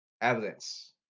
Evidence